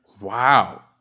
wow